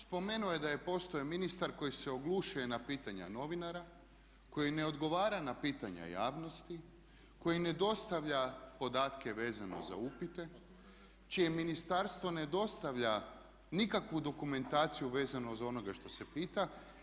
Spomenuo je da je postojao ministar koji se oglušuje na pitanja novinara, koji ne odgovara na pitanja javnosti, koji ne dostavlja podatke vezano za upite, čije ministarstvo ne dostavlja nikakvu dokumentaciju vezano za ono što se pita.